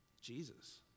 Jesus